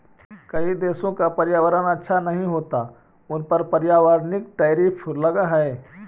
कई देशों का पर्यावरण अच्छा नहीं होता उन पर पर्यावरणिक टैरिफ लगअ हई